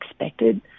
expected